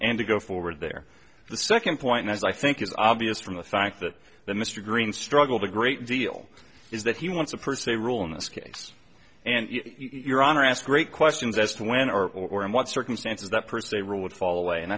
and to go forward there the second point as i think is obvious from the fact that the mr greene struggled a great deal is that he wants a per se rule in this case and your honor ask great questions as to when or or in what circumstances that per se rule would fall away and